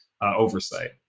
oversight